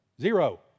Zero